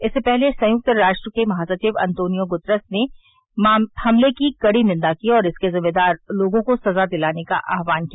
इससे पहले संयुक्त राष्ट्र के महासचिव अंतोनियो गुतरस ने हमले की कड़ी निन्दा की और इसके जिम्मेदार लोगों को सजा दिलाने का आह्वान किया